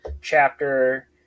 chapter